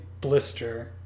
blister